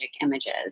images